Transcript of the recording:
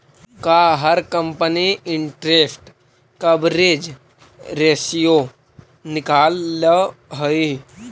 का हर company interest coverage ratio निकालअ हई